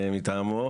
התשפ"ג-2022,